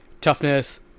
toughness